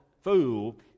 Fool